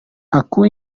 aku